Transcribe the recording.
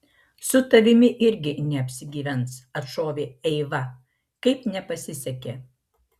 su tavimi irgi neapsigyvens atšovė eiva kaip nepasisekė